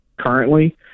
currently